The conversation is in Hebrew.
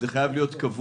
זה חייב להיות קבוע,